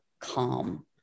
calm